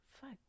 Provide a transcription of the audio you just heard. fuck